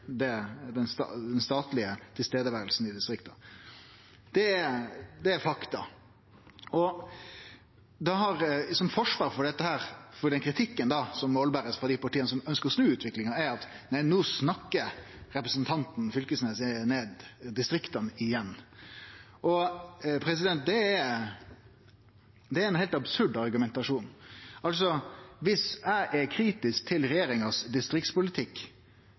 det statlege nærveret i distrikta. Det er faktaa. Som forsvar mot kritikken som blir fremja av dei partia som ønskjer å snu denne utviklinga, er at no snakkar representanten Knag Fylkesnes ned distrikta igjen. Det er ein heilt absurd argumentasjon. Viss eg er kritisk til